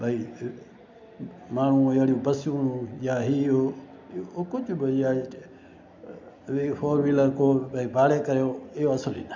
भई माण्हू अहिड़ियूं बसियूं या हियो कुझ बि या हिते फोर वीलर को भई भाड़े कयो इहो सभई न